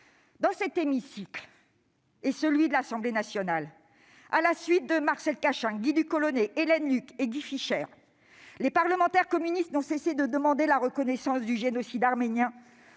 Dans cet hémicycle et dans celui de l'Assemblée nationale, à la suite de Marcel Cachin, de Guy Ducoloné, d'Hélène Luc et de Guy Fischer, les parlementaires communistes n'ont cessé de demander la reconnaissance du génocide arménien